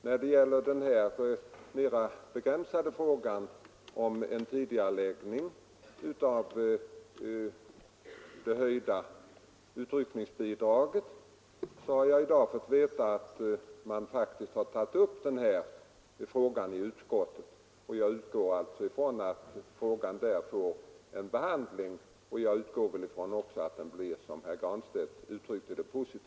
När det gäller den här mera begränsade frågan om en tidigareläggning av det höjda utryckningsbidraget har jag i dag fått veta att man faktiskt har tagit upp denna fråga i utskottet, och jag utgår alltså ifrån att utskottet kommer att behandla frågan positivt, som herr Granstedt uttryckte det.